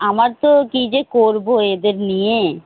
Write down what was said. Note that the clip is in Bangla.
আমার তো কী যে করব এদের নিয়ে